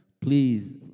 please